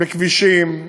בכבישים.